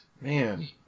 man